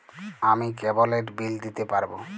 আমি কেবলের বিল দিতে পারবো?